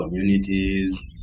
communities